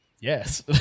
yes